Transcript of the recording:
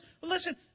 listen